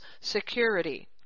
security